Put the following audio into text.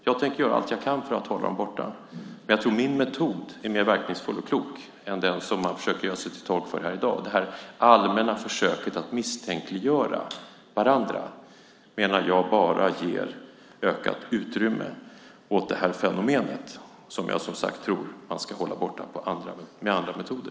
Jag tänker göra allt jag kan för att hålla dem borta. Jag tror att min metod är mer verkningsfull och klok än den som man försöker göra sig till tolk för här i dag. Det allmänna försöket att misstänkliggöra varandra menar jag bara ger ökat utrymme åt det här fenomenet, som jag som sagt tror att man ska hålla borta med andra metoder.